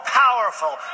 powerful